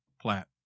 Platt